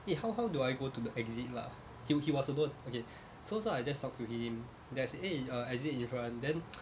eh how how do I go to the exit lah he he was alone okay so so I just talked to him then I said eh uh exit in front then